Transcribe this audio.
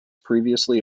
previously